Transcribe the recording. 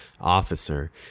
officer